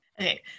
okay